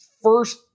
first